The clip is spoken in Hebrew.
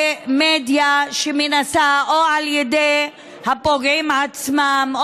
מדיה שמנסה או על ידי הפוגעים עצמם,